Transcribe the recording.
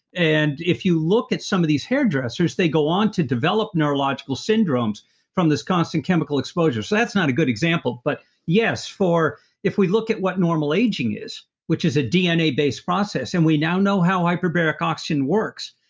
and if you look at some of these hairdressers, they go on to develop neurological syndromes from this constant chemical exposure, so that's not a good example, but yes for if we look at what normal aging is, which is a dna based process, and we now know how hyperbaric oxygen works,